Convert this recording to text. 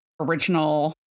original